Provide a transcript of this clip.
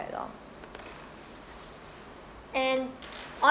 long and